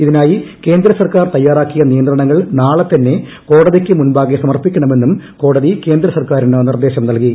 ഇതിനായി കേന്ദ്ര സർക്കാർ തയ്യാറാക്കിയ നിയന്ത്രണങ്ങൾ നാളെ തന്നെ കോടതിക്ക് മുമ്പാകെ സമർപ്പിക്കണമെന്നും കോടതി കേന്ദ്ര സർക്കാരിന് നിർദ്ദേശം നൽകി